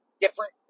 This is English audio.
different